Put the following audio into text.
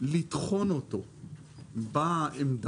לטחון אותו בעמדה,